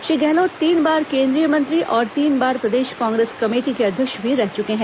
श्री गहलोत तीन बार केंद्रीय मंत्री और तीन बार प्रदेश कांग्रेस कमेटी के अध्यक्ष भी रह चुके हैं